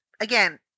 again